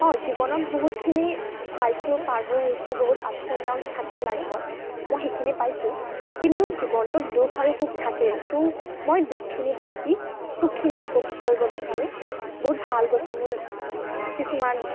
অ জীৱনত বহুতখিনি পাইছোঁ পাৰ হৈ আহিছোঁ বহুত আপ্ছ এণ্ড ডাউন্ছ থাকে লাইফত মই সেইখিনি পাইছোঁ কিন্তু জীৱনটোত দুখ আৰু সুখ থাকেই তো মই দুখখিনি বাদ দি সুখখিনি উপভোগ কৰিব বিচাৰোঁ বহুত ভাল গৈছে মোৰ কিছুমান